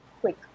quick